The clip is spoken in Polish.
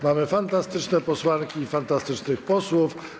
Mamy fantastyczne posłanki i fantastycznych posłów.